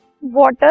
Water